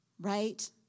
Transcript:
right